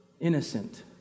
Innocent